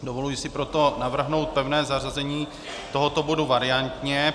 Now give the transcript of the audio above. Dovoluji si proto navrhnout pevné zařazení tohoto bodu variantně.